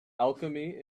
alchemy